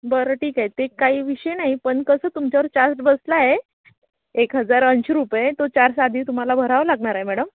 बरं ठीक आहे ते काई विषय नाही पण कसं तुमच्यावर चार्ज बसला आहे एक हजार अंशी रुपये तो चार्ज आधी तुम्हाला भरावं लागणार आहे मॅडम